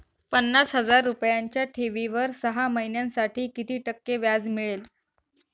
पन्नास हजार रुपयांच्या ठेवीवर सहा महिन्यांसाठी किती टक्के व्याज मिळेल?